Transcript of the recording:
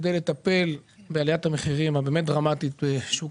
כדי לטפל בעליית המחירים הבאמת דרמטית בשוק